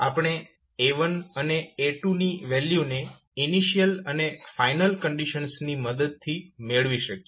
આપણે A1 અને A2 ની વેલ્યુને ઇનિશિયલ અને ફાઇનલ કંડીશન્સ ની મદદથી મેળવી શકીએ